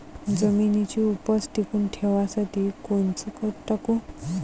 जमिनीची उपज टिकून ठेवासाठी कोनचं खत टाकू?